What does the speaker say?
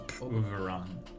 Overrun